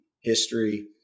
history